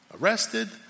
arrested